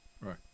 Right